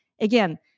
again